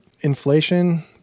inflation